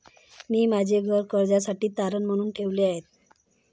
मी माझे घर कर्जासाठी तारण म्हणून ठेवले आहे